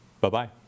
Bye-bye